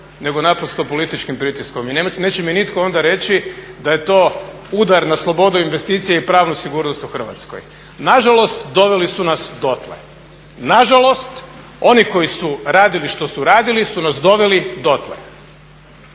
nego naprosto političkim pritiskom. I neće mi nitko onda reći da je to udar na slobodu investicije i pravnu sigurnost u Hrvatskoj. Nažalost doveli su nas dotle. Nažalost oni koji su radili što su radili su nas doveli dotle.